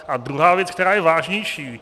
A druhá věc, která je vážnější.